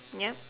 yup